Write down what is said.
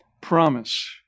promise